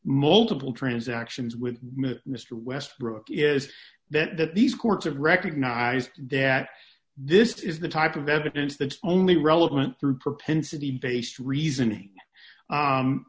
multiple transactions with mister westbrook is that that these courts have recognized that this is the type of evidence the only relevant through propensity based reasoning